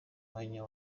mwanya